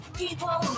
people